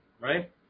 right